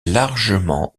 largement